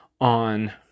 on